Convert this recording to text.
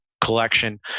collection